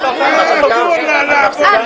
אני נאלץ לקרוא לך בפעם השלישית.